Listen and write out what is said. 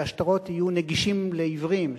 שהשטרות יהיו נגישים לעיוורים,